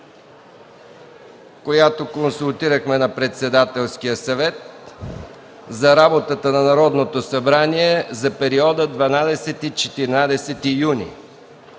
която консултирахме на Председателския съвет, за работата на Народното събрание за периода 12-14 юни